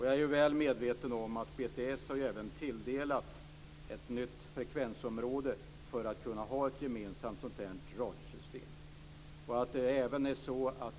Jag är väl medveten om att PTS har tilldelat ett nytt frekvensområde för att kunna ha ett gemensamt radiosystem.